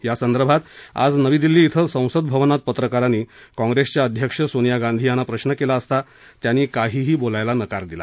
या संदर्भात आज नवी दिल्ली ध्वं संसद भवनात पत्रकारांनी काँग्रेस अध्यक्ष सोनिया गांधी यांना प्रश्न केला असता त्यांनी काहीही बोलायला नकार दिला